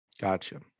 Gotcha